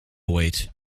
wait